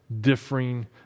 differing